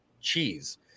cheese